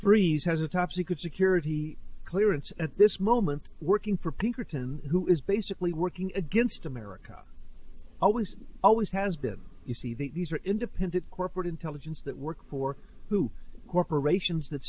frieze has a top secret security clearance at this moment working for peace written who is basically working against america always always has been you see these are independent corporate intelligence that work for who corporations that